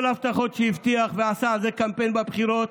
כל ההבטחות שהבטיח, ועשה על זה קמפיין בבחירות,